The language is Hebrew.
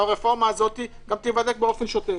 הרפורמה הזו תיבדק באופן שוטף.